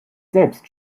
selbst